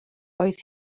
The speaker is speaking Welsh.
oedd